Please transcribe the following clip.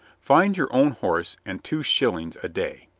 find your own horse and two shillings a day.